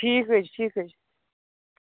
ٹھیٖک حظ چھُ ٹھیٖک حظ چھُ